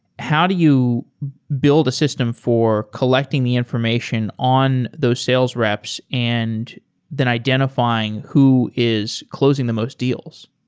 how do you build a system for collecting the information on those sales reps and then identifying who is closing the most deals?